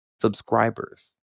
subscribers